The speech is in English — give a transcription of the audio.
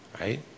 right